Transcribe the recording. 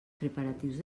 preparatius